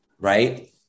right